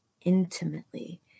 intimately